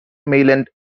maitland